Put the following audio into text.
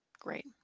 Great